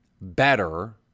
better